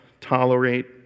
tolerate